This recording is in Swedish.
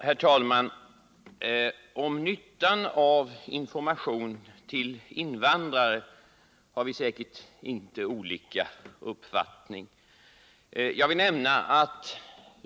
Herr talman! Om nyttan av information om folkomröstningen till invandrare har vi säkert inte olika uppfattningar.